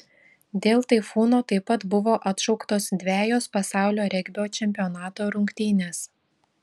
dėl taifūno taip pat buvo atšauktos dvejos pasaulio regbio čempionato rungtynės